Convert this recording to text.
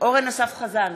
אורן אסף חזן,